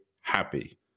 happy